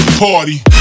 Party